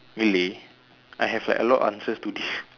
really I have like a lot answers to this